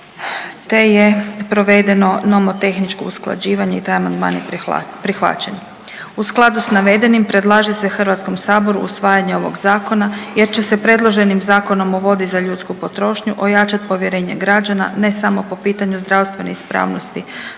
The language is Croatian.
te je provedeno nomotehničko usklađivanje i taj amandman je prihvaćen. U skladu s navedenim, predlaže se HS-u usvajanje ovog Zakona jer će se predloženim Zakonom o vodi za ljudsku potrošnju ojačati povjerenje građana, ne samo po pitanju zdravstvene ispravnosti